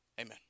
Amen